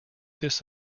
this